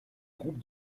groupe